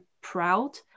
proud